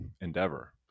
endeavor